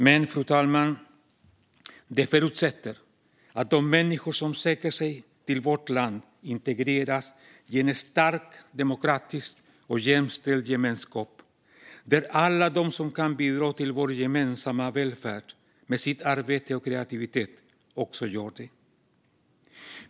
Men, fru talman, detta förutsätter att de människor som söker sig till vårt land integreras i en stark demokratisk och jämställd gemenskap där alla som kan bidra till vår gemensamma välfärd med sitt arbete och sin kreativitet också gör detta.